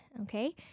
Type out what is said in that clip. okay